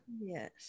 yes